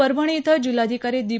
परभणी इथं जिल्हाधिकारी दी